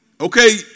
Okay